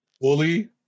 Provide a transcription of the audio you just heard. Fully